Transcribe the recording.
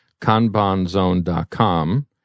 Kanbanzone.com